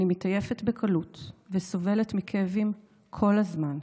אני מתעייפת בקלות וסובלת מכאבים כל הזמן.